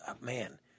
man